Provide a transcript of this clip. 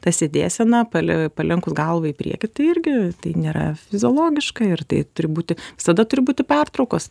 ta sėdėsena pele palenkus galvą į priekį tai irgi tai nėra fiziologiška ir tai turi būti visada turi būti pertraukos